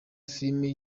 filime